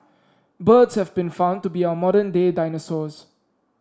birds have been found to be our modern day dinosaurs